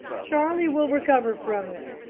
charlie will recover from it.